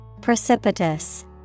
Precipitous